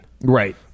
right